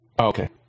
Okay